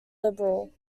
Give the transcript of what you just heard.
liberal